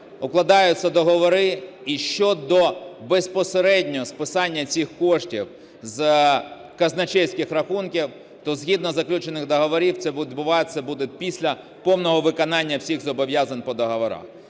укладаються договори, і щодо безпосередньо списання цих коштів з казначейських рахунків, то згідно заключених договорів це відбуватися буде після повного виконання всіх зобов'язань по договорах.